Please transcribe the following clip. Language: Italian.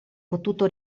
potuto